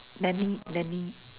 many many